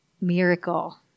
miracle